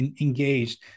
engaged